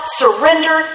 surrender